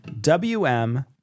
WM